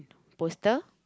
poster